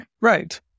Right